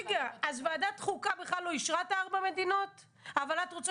אז ועדת חוקה בכלל לא אישרה את ארבע המדינות אבל את רוצה